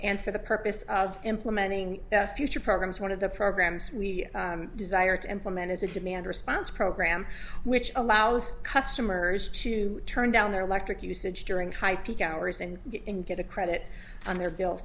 and for the purpose of implementing future programs one of the programs we desire to implement is a demand response program which allows customers to turn down their electric usage during high peak hours and get a credit on their bill